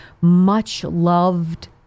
much-loved